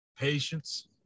Patience